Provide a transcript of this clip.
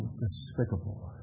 despicable